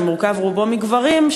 שמורכב רובו מגברים,